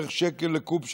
בערך שקל לקוב,